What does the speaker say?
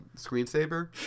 screensaver